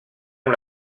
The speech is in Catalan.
amb